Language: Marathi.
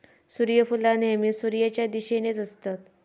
सुर्यफुला नेहमी सुर्याच्या दिशेनेच असतत